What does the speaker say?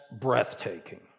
breathtaking